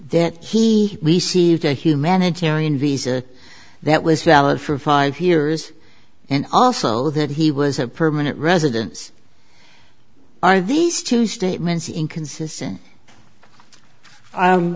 that he received a humanitarian visa that was valid for five years and also that he was a permanent residence are these two statements inconsistent